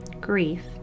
grief